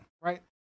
right